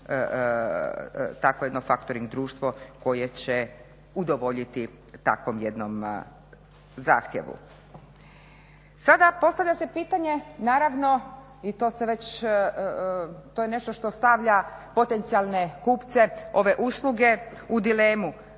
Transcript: takvo jedno factoring društvo koje će udovoljiti takvom jednom zahtjevu. Sada postavlja se pitanje naravno i to se već, to je nešto što stavlja potencijalne kupce ove usluge u dilemu